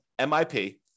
MIP